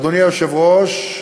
אדוני היושב-ראש,